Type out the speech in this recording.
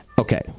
Okay